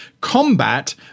combat